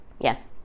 yes